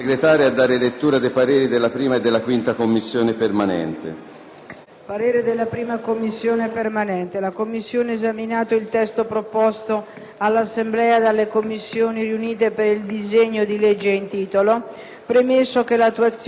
«La 1a Commissione permanente, esaminato il testo proposto all'Assemblea dalle Commissioni riunite per il disegno di legge in titolo, premesso che l'attuazione dell'autonomia finanziaria e fiscale delle Regioni e degli enti locali